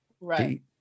Right